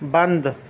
بند